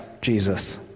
Jesus